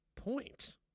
point